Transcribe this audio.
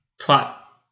plot